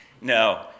No